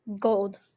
Gold